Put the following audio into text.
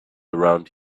around